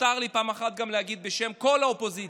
מותר לי פעם אחת להגיד בשם כל האופוזיציה: